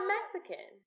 Mexican